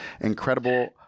incredible